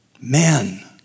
Men